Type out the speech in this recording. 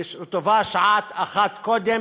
וטובה שעה אחת קודם,